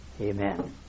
amen